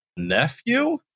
nephew